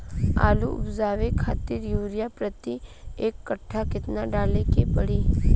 आलू उपजावे खातिर यूरिया प्रति एक कट्ठा केतना डाले के पड़ी?